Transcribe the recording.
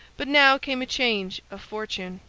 but now came a change of fortune.